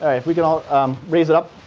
if we can all raise it up.